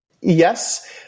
Yes